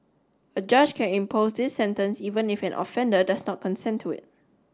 a judge can impose this sentence even if an offender does not consent to it